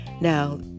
now